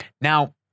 Now